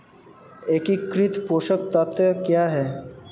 एकीकृत पोषक तत्व क्या है?